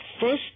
first